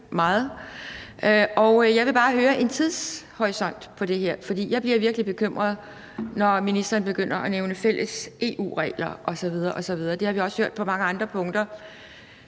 Jeg vil bare høre om en tidshorisont for det her, hvor jeg bliver virkelig bekymret, når ministeren begynder at nævne fælles EU-regler osv. osv. Det har vi jo også hørt på mange andre punkter